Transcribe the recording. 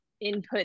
input